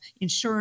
insurance